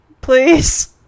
please